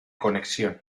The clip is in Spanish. conexión